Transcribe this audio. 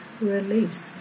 release